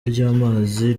ry’amazi